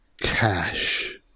Cash